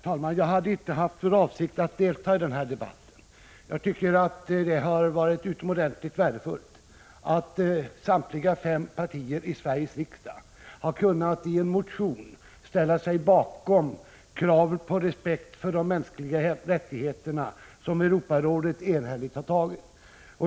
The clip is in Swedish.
Herr talman! Jag hade inte för avsikt att delta i denna debatt, men jag vill säga att det är utomordentligt värdefullt att samtliga fem partier i Sveriges riksdag i en motion har kunnat ställa sig bakom kravet på respekt för de mänskliga rättigheterna som Europarådet enhälligt har antagit.